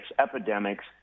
epidemics